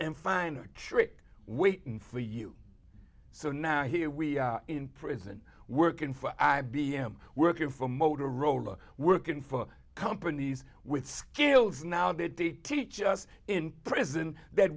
and find a trick waiting for you so now here we are in prison working for i b m working for motorola working for companies with skills now that they teach us in prison that